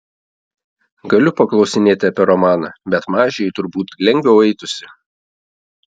galiu paklausinėti apie romaną bet mažei turbūt lengviau eitųsi